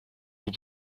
vous